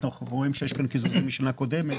רואים שיש כאן קיזוזים משנה קודמת